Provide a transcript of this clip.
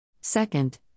Second